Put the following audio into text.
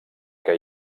que